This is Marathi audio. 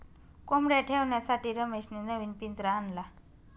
कोंबडया ठेवण्यासाठी रमेशने नवीन पिंजरा आणला